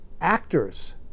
actors